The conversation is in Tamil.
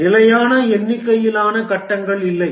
நிலையான எண்ணிக்கையிலான கட்டங்கள் இல்லை